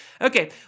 Okay